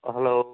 hello